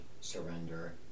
surrender